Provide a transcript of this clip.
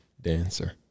dancer